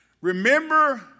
Remember